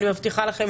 אני מבטיחה לכם.